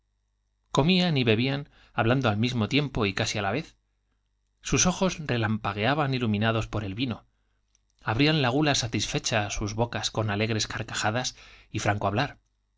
comían y bebían hablando al mismo tiempo y casi á la vez sus ojos relampagueaban iluminados por el vino abría la gula satisfecha sus si rigoletto bocas con alegres carcajadas y franco hablar